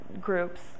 groups